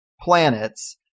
planets